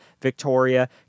Victoria